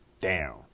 down